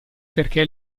perché